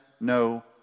no